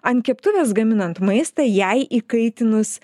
ant keptuvės gaminant maistą ją įkaitinus